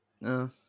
No